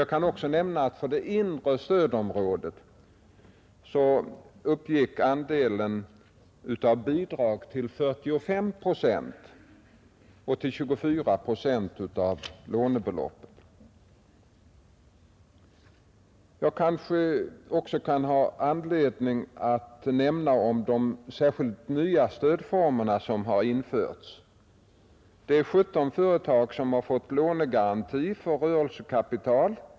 Jag kan också nämna att 45 procent av bidragsbeloppet gick till det inre stödområdet och 24 procent av lånebeloppet. Det kan också finnas anledning nämna de nya särskilda stödformer som införts. 17 företag har fått lånegaranti för rörelsekapital.